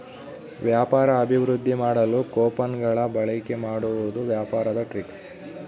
ವ್ಯಾಪಾರ ಅಭಿವೃದ್ದಿ ಮಾಡಲು ಕೊಪನ್ ಗಳ ಬಳಿಕೆ ಮಾಡುವುದು ವ್ಯಾಪಾರದ ಟ್ರಿಕ್ಸ್